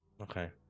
Okay